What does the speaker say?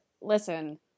listen